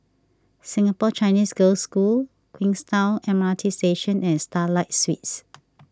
Singapore Chinese Girls' School Queenstown M R T Station and Starlight Suites